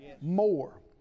More